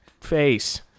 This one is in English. face